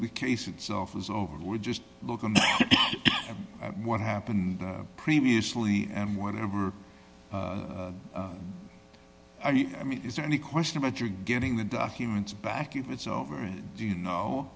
the case itself is over we're just looking at what happened previously and whatever i mean is there any question about your getting the documents back if it's over and you know